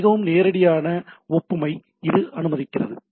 இது மிகவும் நேரடியான ஒப்புமை இது அனுமதிக்கிறது